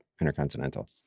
Intercontinental